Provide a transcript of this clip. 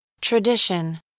tradition